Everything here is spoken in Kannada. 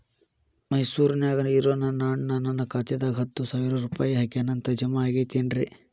ಮೈಸೂರ್ ನ್ಯಾಗ್ ಇರೋ ನನ್ನ ಅಣ್ಣ ನನ್ನ ಖಾತೆದಾಗ್ ಹತ್ತು ಸಾವಿರ ರೂಪಾಯಿ ಹಾಕ್ಯಾನ್ ಅಂತ, ಜಮಾ ಆಗೈತೇನ್ರೇ?